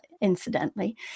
incidentally